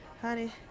Honey